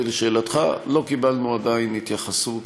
ולשאלתך, לא קיבלנו עדיין התייחסות